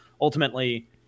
ultimately